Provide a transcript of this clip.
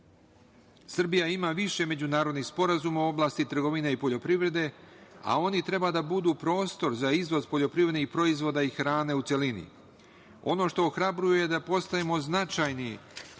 EU.Srbija ima više međunarodnih sporazuma u oblasti trgovine i poljoprivrede, a oni treba da budu prostor za izvoz poljoprivrednih proizvoda i hrane u celini. Ono što ohrabruje je da postajemo značajni